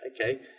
okay